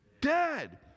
dead